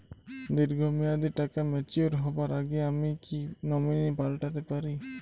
দীর্ঘ মেয়াদি টাকা ম্যাচিউর হবার আগে আমি কি নমিনি পাল্টা তে পারি?